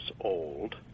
old